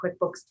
QuickBooks